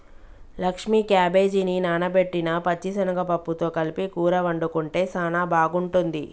లక్ష్మీ క్యాబేజిని నానబెట్టిన పచ్చిశనగ పప్పుతో కలిపి కూర వండుకుంటే సానా బాగుంటుంది